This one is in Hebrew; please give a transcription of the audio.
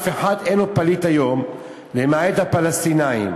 אף אחד אינו פליט היום למעט הפלסטינים.